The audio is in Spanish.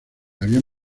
habían